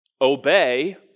Obey